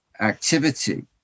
activity